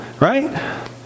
right